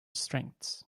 strengths